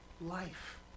life